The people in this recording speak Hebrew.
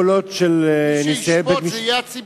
של נשיאי בית-המשפט העליון, מי שישפוט זה הציבור.